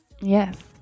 Yes